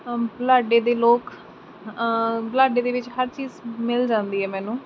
ਬੁਲਾਡੇ ਦੇ ਲੋਕ ਬੁਲਾਡੇ ਦੇ ਵਿੱਚ ਹਰ ਚੀਜ਼ ਮਿਲ ਜਾਂਦੀ ਹੈ ਮੈਨੂੰ